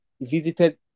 visited